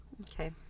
Okay